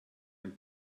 ein